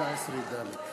תסייעי את בידינו.